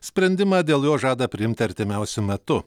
sprendimą dėl jo žada priimti artimiausiu metu